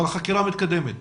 אבל החקירה מתקדמת.